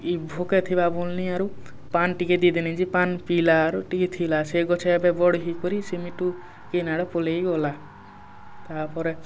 ଇ ଭୋକେ ଥିବା ବୁନି ଆରୁ ପାନ୍ ଟିକେ ଦେଇ ଦେନି ଯେ ପାନ୍ ପିିଇଲାରୁ ଟିକେ ଥିଲା ସେ ଗଛେ ଏବେ ବଢ଼େଇ କରି ସେ ମିଟୁ କିନ୍ ଆଡ଼େ ପଳାଇ ଗଲା ତା ପରେ